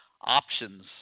options